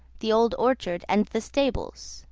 the old orchard, and the stables